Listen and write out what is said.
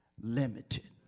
limited